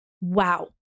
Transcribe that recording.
Wow